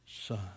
son